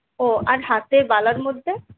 ও আর হাতের বালার মধ্যে